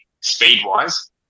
speed-wise